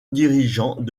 dirigeant